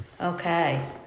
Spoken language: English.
okay